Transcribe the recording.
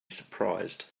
surprised